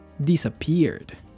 disappeared